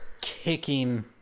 kicking